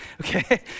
okay